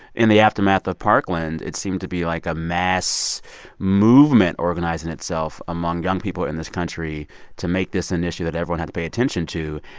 in the aftermath of parkland, it seemed to be, like, a mass movement organizing itself among young people in this country to make this an issue that everyone had to pay attention to.